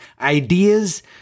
ideas